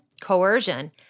coercion